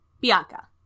Bianca